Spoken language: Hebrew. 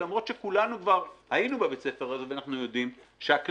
למרות שכולנו כבר היינו בבית הספר הזה ואנחנו יודעים שהכללים